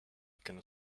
cannot